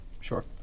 Sure